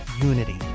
unity